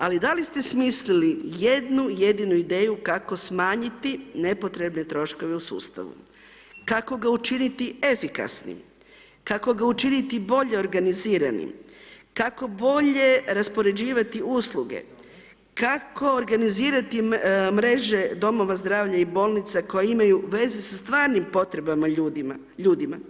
Ali, da li ste smislili jednu jedinu ideju kako smanjiti nepotrebne troškove u sustavu, kako ga učiniti efikasnim, kako ga učiniti bolje organiziranim, kako bolje raspoređivati usluge, kako organizirati mreže Domova zdravlja i bolnica koje imaju veze sa stvarnim potrebama ljudima?